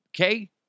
Okay